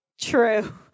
true